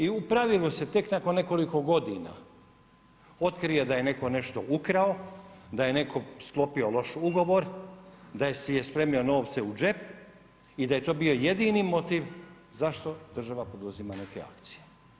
I u pravilu se tek nakon nekoliko godina otkrije da je netko nešto ukrao, da je netko sklopio loš ugovor, da si je spremio novce u džep i da je to bio jedini motiv zašto država poduzima neke akcije.